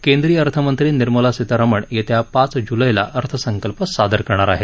केंद्रीय अर्थमंत्री निर्मला सीतारामन येत्या पाच जुलैला अर्थसंकल्प सादर करणार आहेत